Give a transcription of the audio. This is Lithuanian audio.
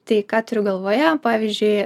tai ką turiu galvoje pavyzdžiui